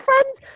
friends